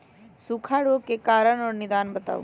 सूखा रोग के कारण और निदान बताऊ?